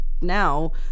now